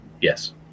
Yes